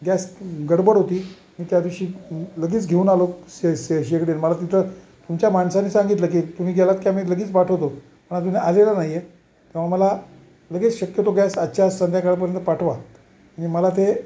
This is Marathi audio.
गॅस गडबड होती मी त्या दिवशी लगेच घेऊन आलो स श शेगडी मला तिथं तुमच्या माणसानी सांगितलं की तुम्ही गेलात की मी लगेच पाठवतो पण तुही आलेला नाहीये तेव्हा मला लगेच शक्यतो गॅस आजच्या आज संध्याकाळपर्यंत पाठवा आणि मला ते